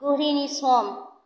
घरिनि सम